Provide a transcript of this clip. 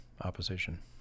opposition